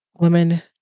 women